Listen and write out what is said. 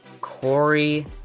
Corey